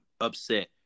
upset